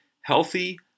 healthy